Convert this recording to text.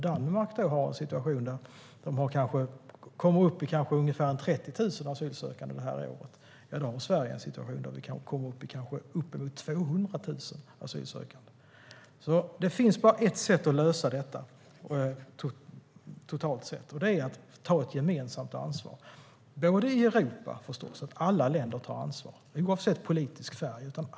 Danmark har en situation där de i år kommer upp i ungefär 30 000 asylsökande medan Sverige har en situation där vi kommer att ha uppemot 200 000 asylsökande. Det finns bara ett sätt att lösa detta totalt sett, och det är att ta ett gemensamt ansvar. Alla länder i Europa måste ta ansvar, oavsett politisk färg.